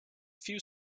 few